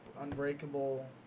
Unbreakable